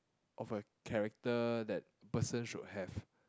of a character that a person should have